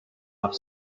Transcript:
off